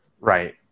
Right